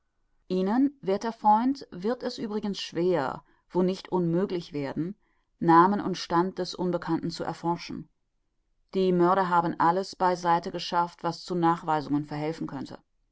ihnen werther freund wird es übrigens schwer wo nicht unmöglich werden namen und stand des unbekannten zu erforschen die mörder haben alles bei seite geschafft was zu nachweisungen verhelfen könnte